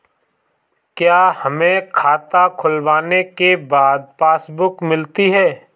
क्या हमें खाता खुलवाने के बाद पासबुक मिलती है?